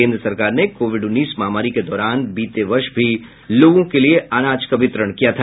केन्द्र सरकार ने कोविड उन्नीस महामारी के दौरान बीते वर्ष भी लोगों के लिए अनाज का वितरण किया था